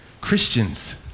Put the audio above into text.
Christians